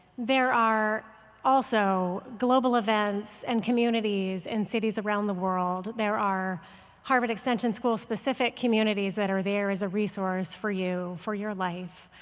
there are also global events and communities in cities around the world. there are harvard extension school-specific communities that are there as a resource for you for your life.